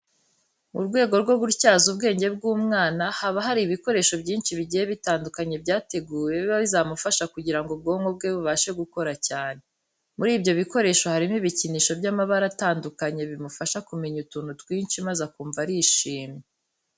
Mu rwego rwo gutyaza ubwenge bw'umwana, haba hari ibikoresho byinshi bigiye bitandukanye byateguwe biba bizamufasha kugira ngo ubwonko bwe bubashe gukora cyane. Muri ibyo bikoresho harimo ibikinisho by'amabara atandukanye bimufasha kumenya utuntu twinshi maze akumva arishimye.